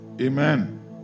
Amen